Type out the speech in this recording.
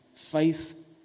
Faith